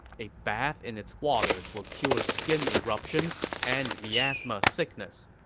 a bath in its waters will cure skin eruptions and miasma sickness.